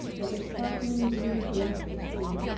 was a sparkling blue glimpse of sea.